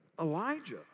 Elijah